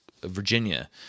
virginia